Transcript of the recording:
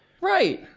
right